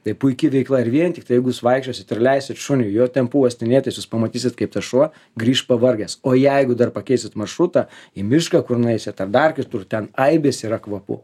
tai puiki veikla ir vien tiktai jeigu jūs vaikščiosit ir leisit šuniui jo tempu uostinėt tai jūs pamatysit kaip tas šuo grįš pavargęs o jeigu dar pakeisit maršrutą į mišką kur nueisit ar dar kitur ten aibės yra kvapų